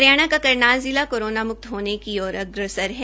हरियाणा का करनाल जिला कोरोना मुक्त होने की ओर अग्रसर है